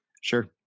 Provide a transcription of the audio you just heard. Sure